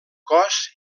cos